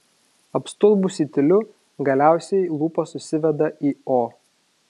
apstulbusi tyliu galiausiai lūpos susideda į o